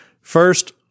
First